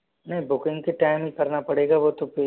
नहीं बुकिंग के टाइम ही करना पड़ेगा वो तो पे